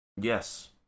Yes